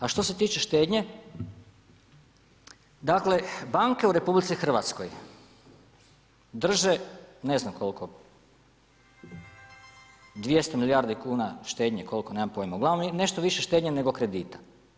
A što se tiče štednje, dakle, banke u RH, drže ne znam, koliko, 200 milijardi kuna štednje, koliko nemam pojma, ugl. nešto više štednje nego kredita.